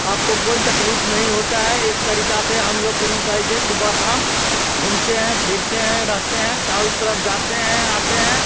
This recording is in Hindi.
आपको कोई तकलीफ़ नहीं होता है इस तरीक़ा से हम लोग किनो कही जे सुबह शाम घूमते हैं फिरते हैं रहते हैं चारों तरफ़ जाते हैं आते हैं